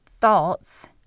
thoughts